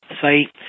site